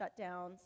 shutdowns